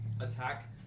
attack